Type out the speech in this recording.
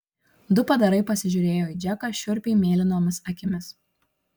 du padarai pasižiūrėjo į džeką šiurpiai mėlynomis akimis